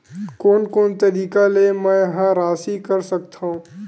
कोन कोन तरीका ले मै ह राशि कर सकथव?